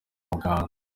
muganga